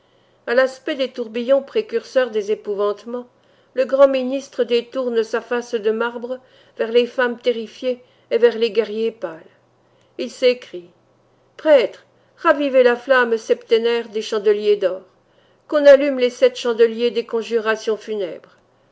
à l'aspect des tourbillons précurseurs des épouvantements le grand ministre détourne sa face de marbre vers les femmes terrifiées et vers les guerriers pâles il s'écrie prêtres ravivez la flamme septénaire des chandeliers d'or qu'on allume les sept chandeliers des conjurations funèbres